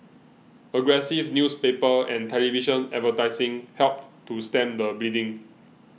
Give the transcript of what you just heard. aggressive newspaper and television advertising helped to stem the bleeding